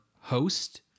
host